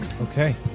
Okay